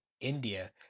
India